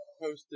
posted